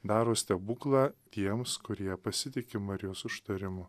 daro stebuklą tiems kurie pasitiki marijos užtarimu